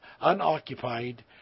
unoccupied